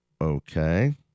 okay